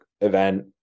event